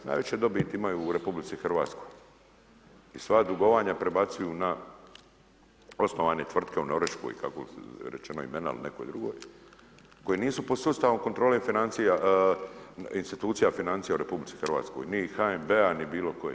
Najveću dobit imaju u RH i sva dugovanja prebacuju na osnovane tvrtke u Norveškoj, kako rečeno imena il nekoj drugoj koji nisu pod sustavom kontrole financija, institucija financija u RH, ni HNB-a, ni bilo koje.